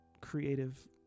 creative